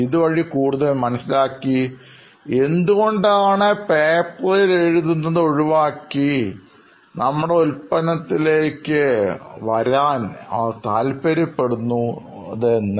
ഇതുവഴി കൂടുതൽ മനസ്സിലാക്കി എന്തുകൊണ്ടാണ് പേപ്പറിൽ എഴുതുന്നത് ഒഴിവാക്കി നമ്മുടെ ഉൽപ്പന്നത്തിൽലേക്ക് മാറാൻ അവർ താൽപര്യപ്പെടുന്നത് എന്ന്